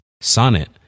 Sonnet